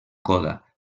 coda